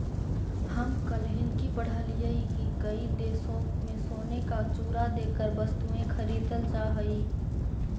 हम कल हिन्कि पढ़लियई की कई देशों में सोने का चूरा देकर वस्तुएं खरीदल जा हई